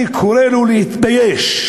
אני קורא לו להתבייש.